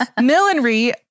millinery